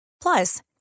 Plus